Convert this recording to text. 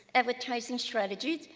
advertising strategy,